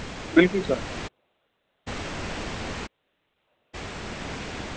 बिलकुल सर